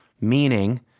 meaning